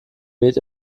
weht